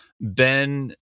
Ben